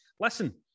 Listen